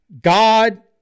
God